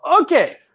okay